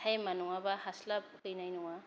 टाइमआ नङाब्ला हास्लाब हैनाय नङा